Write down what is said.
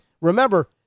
remember